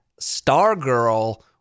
Stargirl